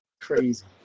crazy